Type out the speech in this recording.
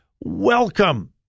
Welcome